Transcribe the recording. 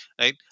right